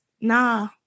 nah